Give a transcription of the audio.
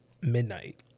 Midnight